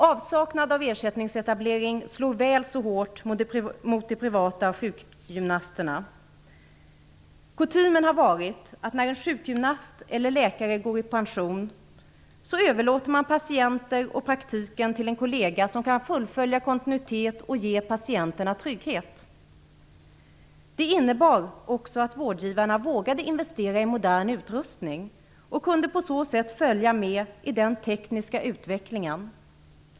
Avsaknad av ersättningsetablering slår väl så hårt mot de privata sjukgymnasterna. Kutymen har varit att när en sjukgymnast eller läkare går i pension, överlåter man patienter och praktik till en kollega som kan fullfölja kontinuitet och ge patienterna trygghet. Det innebar också att vårdgivarna vågade investera i modern utrustning och att man på så sätt kunde följa med i den tekniska utvecklingen.